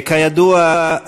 כידוע,